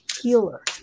Healer